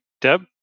Deb